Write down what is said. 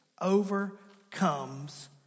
overcomes